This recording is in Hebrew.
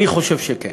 אני חושב שכן.